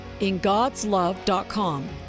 ingodslove.com